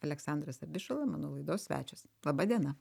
aleksandras abišala mano laidos svečias laba diena